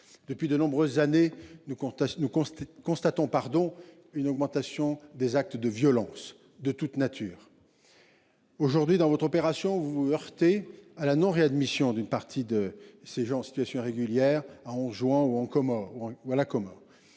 depuis de nombreuses années, nous nous constatons constatons pardon. Une augmentation des actes de violences de toute nature. Aujourd'hui dans votre opération, vous vous heurtez à la non-réadmission d'une partie de ces gens en situation irrégulière à Anjouan ou en comment